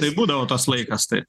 tai būdavo tas laikas tai